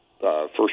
first